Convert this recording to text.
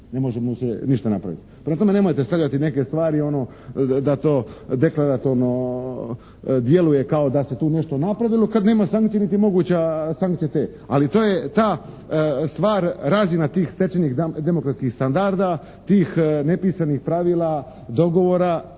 ne može mu se ništa napraviti. Prema tome, nemojte stavljati neke stvari ono da to deklaratorno djeluje kao da se tu nešto napravilo, kad nema sankcija niti je moguća sankcija te. Ali to je ta stvar, razina tih stečenih demokratskih standarda, tih nepisanih pravila, dogovora